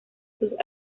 sus